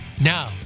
Now